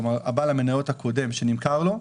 כלומר בעל המניות הקודם שנמכר לו,